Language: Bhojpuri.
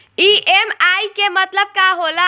ई.एम.आई के मतलब का होला?